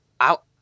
out